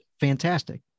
fantastic